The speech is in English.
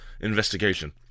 investigation